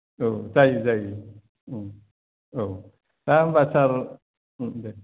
औ जायो जायो ओम औ दा होमबा सार ओम दे